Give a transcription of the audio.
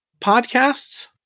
podcasts